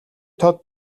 тод